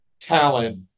talent